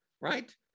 right